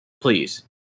please